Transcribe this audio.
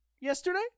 yesterday